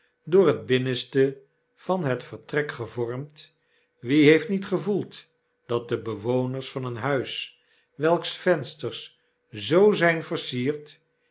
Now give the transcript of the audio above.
door het binnenste van het vertrek gevormd wie heeft niet gevoeld dat de bewoners van een huis welks vensters zoo zyn versierd